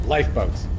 Lifeboats